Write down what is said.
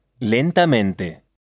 Lentamente